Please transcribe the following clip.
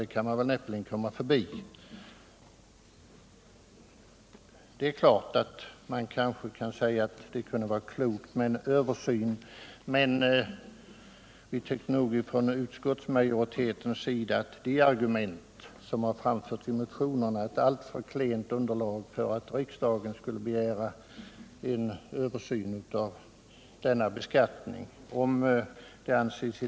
Det kan i och för sig sägas att det kunde vare klokt med en översyn, men vii utskottsmajoriteten har tyckt att de argument som framförs i motionerna är ett alltför klent underlag för att riksdagen skulle begära en översyn av denna Alkoholpolitiska frågor Alkoholpolitiska frågor beskattning.